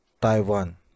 Taiwan